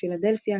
פילדלפיה,